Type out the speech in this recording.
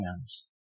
hands